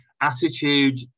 attitude